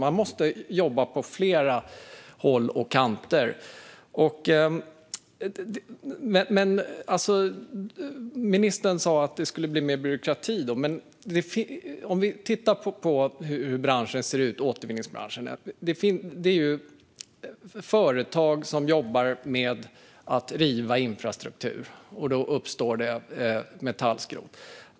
Man måste jobba på flera håll och kanter. Ministern säger att det skulle bli mer byråkrati. Låt oss titta på hur återvinningsbranschen ser ut. Det är företag som jobbar med att riva infrastruktur, och då uppstår metallskrot.